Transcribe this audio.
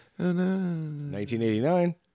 1989